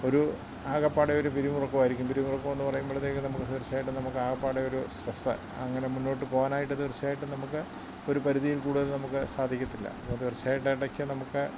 ഒരു ആകെ പാടെ ഒരു പിരിമുറുക്കം ആയിരിക്കും പിരിമുറുക്കം എന്നു പറയുമ്പോഴത്തേക്ക് നമുക്ക് തീർച്ചയായിട്ടും നമുക്ക് ആകെ പാടെ ഒരു സ്ട്രെസ്സ് അങ്ങനെ മുൻപോട്ടു പോകാനായിട്ട് തീർച്ചയായിട്ടും നമുക്ക് ഒരു പരിധിയിൽ കൂടുതൽ നമുക്ക് സാധിക്കത്തില്ല അത് തീർച്ചയായിട്ടും ഇടക്ക് നമുക്ക്